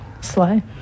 Slay